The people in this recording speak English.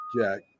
Jack